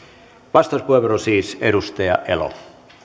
vastauspuheenvuoro siis edustaja elo